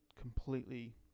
completely